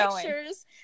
pictures